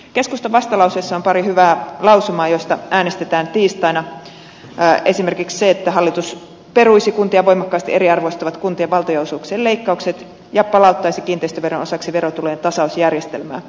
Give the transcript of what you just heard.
keskustan vastalauseessa on pari hyvää lausumaa joista äänestetään tiistaina esimerkiksi se että hallitus peruisi kuntia voimakkaasti eriarvoistavat kuntien valtionosuuksien leikkaukset ja palauttaisi kiinteistöveron osaksi verotulojen tasausjärjestelmää